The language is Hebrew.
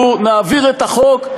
אנחנו נעביר את החוק,